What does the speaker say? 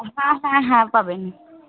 ও হ্যাঁ হ্যাঁ হ্যাঁ পাবেন